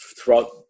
throughout